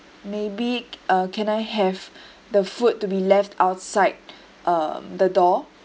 maybe uh can I have the food to be left outside um the door